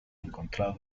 encontrado